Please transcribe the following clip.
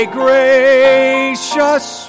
gracious